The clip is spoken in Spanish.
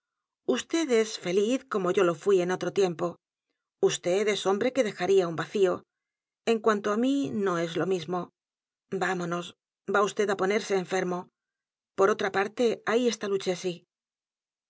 es feliz como yo lo fui e n otro tiempo v i es hombre que dejaría un vacío en cuanto á mí no es lo mismo vamonos va vd á ponerse enfermo por otra parte ahí está lucchesi